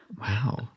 Wow